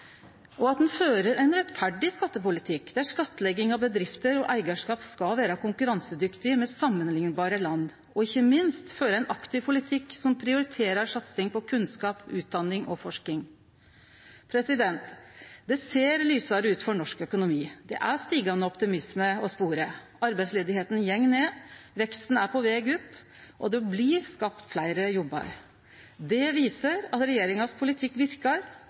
ein skal føre ein rettferdig skattepolitikk, der skattlegging av bedrifter og eigarskap skal vere konkurransedyktig med samanliknbare land, og ikkje minst skal me føre ein aktiv politikk som prioriterer satsing på kunnskap, utdanning og forsking. Det ser lysare ut for norsk økonomi. Det er stigande optimisme å spore. Arbeidsløysa går ned, veksten er på veg opp, og det blir skapt fleire jobbar. Det viser at regjeringa sin politikk verkar,